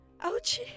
Ouchie